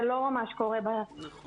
זה לא ממש קורה בפועל,